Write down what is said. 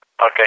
Okay